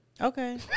okay